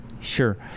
Sure